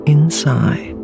inside